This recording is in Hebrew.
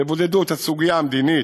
תבודדו את הסוגיה המדינית,